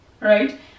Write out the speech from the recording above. Right